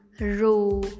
row